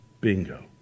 Bingo